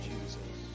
Jesus